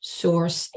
source